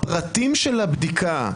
הפרטים של הבדיקה,